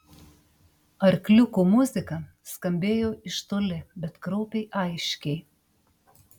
arkliukų muzika skambėjo iš toli bet kraupiai aiškiai